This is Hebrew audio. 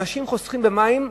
אנשים חוסכים במים,